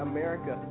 America